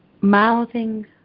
mouthing